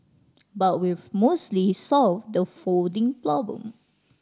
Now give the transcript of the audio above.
but we've mostly solved the folding problem